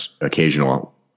occasional